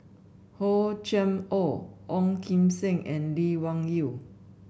Hor Chim Or Ong Kim Seng and Lee Wung Yew